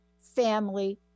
family